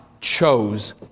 chose